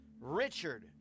Richard